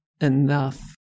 enough